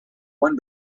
one